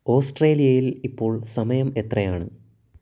ഓസ്ട്രേലിയയിൽ ഇപ്പോൾ സമയം എത്രയാണ്